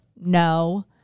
No